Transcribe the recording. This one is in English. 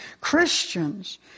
Christians